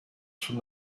from